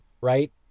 right